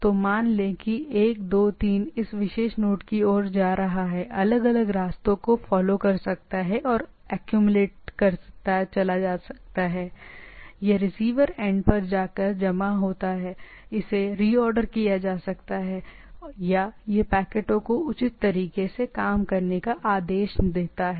तो मान लें कि 1 2 3 इस विशेष नोड की ओर जा रहा है अलग अलग रास्तों का फॉलो कर सकता है और आक्यूमिलेटइंग करता चला जा सकता हैयह रिसीवर एंड पर जाकर जमा होता है इसे रीऑर्डर किया जा सकता है या यह पैकेटों को उचित तरीके से काम करने का आदेश देता है